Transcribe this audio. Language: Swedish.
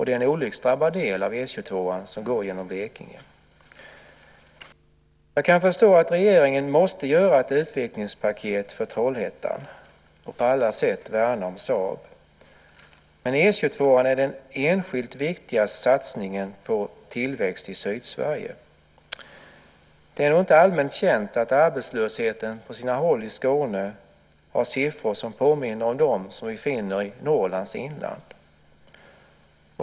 Det är en olycksdrabbad del av E 22:an som går genom Blekinge. Jag kan förstå att regeringen måste göra ett utvecklingspaket för Trollhättan och på alla sätt värna Saab. Men E 22:an är den enskilt viktigaste satsningen på tillväxt i Sydsverige. Det är nog inte allmänt känt att arbetslösheten på sina håll i Skåne har siffror som påminner om dem som vi finner i Norrlands inland.